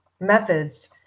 methods